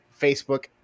Facebook